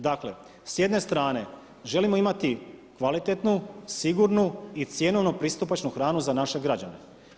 Dakle s jedne strane želimo imati kvalitetnu, sigurnu i cjenovno pristupačnu hranu za naše građane.